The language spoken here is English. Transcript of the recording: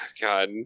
God